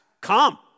Come